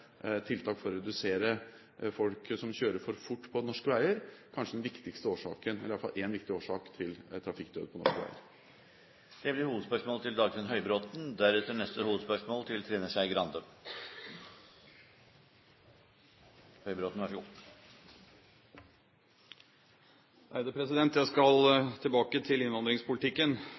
tiltak for å hindre at folk kjører for fort på norske veier – kanskje den viktigste årsaken, eller i hvert fall én viktig årsak, til trafikkdød på norske veier. Da går vi til neste hovedspørsmål. Jeg skal tilbake til